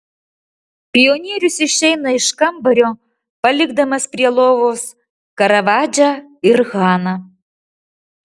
pionierius išeina iš kambario palikdamas prie lovos karavadžą ir haną